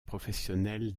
professionnel